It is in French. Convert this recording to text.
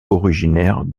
originaire